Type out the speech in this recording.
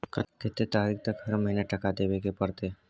कत्ते तारीख तक हर महीना टका देबै के परतै?